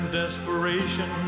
desperation